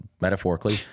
metaphorically